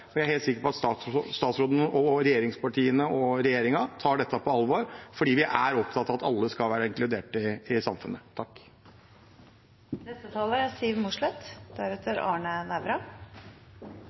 Jeg er helt sikker på at statsråden, regjeringspartiene og regjeringen tar dette på alvor, fordi vi er opptatt av at alle skal være inkludert i samfunnet. Senterpartiet er